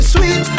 Sweet